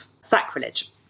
sacrilege